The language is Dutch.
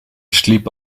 sliep